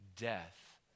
death